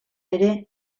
ere